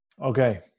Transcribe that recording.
Okay